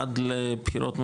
עד לבחירות המוניציפליות,